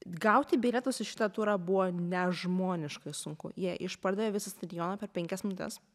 gauti bilietus į šitą turą buvo nežmoniškai sunku jie išpardavė visą stadioną per penkias minutes